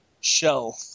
shell